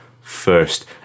first